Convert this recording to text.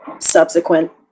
subsequent